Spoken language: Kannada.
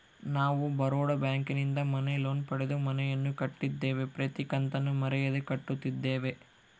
ನಾವು ಬರೋಡ ಬ್ಯಾಂಕಿನಿಂದ ಮನೆ ಲೋನ್ ಪಡೆದು ಮನೆಯನ್ನು ಕಟ್ಟಿದ್ದೇವೆ, ಪ್ರತಿ ಕತ್ತನ್ನು ಮರೆಯದೆ ಕಟ್ಟುತ್ತಿದ್ದೇವೆ